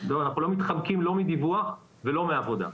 אנחנו לא מתחמקים, לא מדיווח ולא מעבודה.